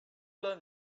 learn